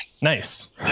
nice